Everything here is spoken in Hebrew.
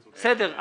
בסדר.